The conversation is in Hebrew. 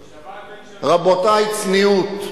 רבותי, צניעות.